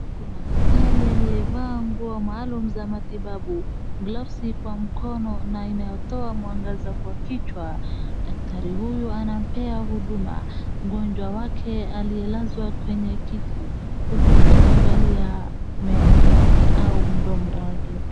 Kuna daktari aliyevaa nguo maalumu za matibabu glavi kwa mkono na inayotoa mwangaza kwa kichwa daktari huyu anampea huduma mgonjwa wake aliyelazwaa kwenye kiti huku akimwangalia meno wake ama mdomo wake.